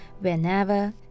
Whenever